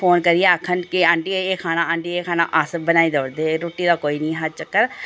phone करियै आक्खन कि आंटी एह् एह् खाना आंटी एह् एह् खाना अस बनाइयै देई ओड़दे हे रुट्टी दा कोई निं हा चक्कर